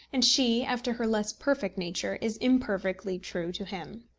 and she, after her less perfect nature, is imperfectly true to him.